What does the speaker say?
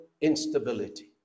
instability